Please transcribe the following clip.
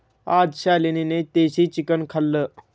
आज शालिनीने देशी चिकन खाल्लं